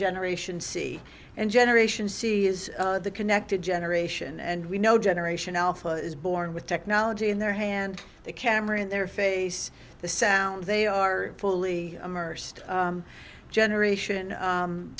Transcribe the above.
generation c and generation c is the connected generation and we know generation alpha is born with technology in their hand the camera in their face the sound they are fully immersed generation